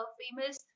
famous